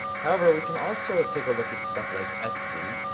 however we can also take a look at stuff like etsy,